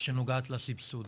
שנוגעת לסבסוד.